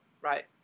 right